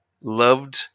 Loved